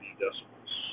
decibels